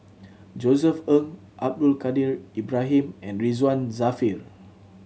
Josef Ng Abdul Kadir Ibrahim and Ridzwan Dzafir